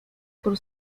por